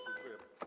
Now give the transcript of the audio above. Dziękuję.